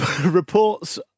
Reports